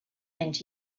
and